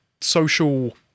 social